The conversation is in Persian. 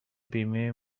بیمه